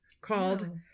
called